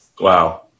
Wow